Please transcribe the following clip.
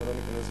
אבל לא ניכנס,